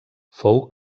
fou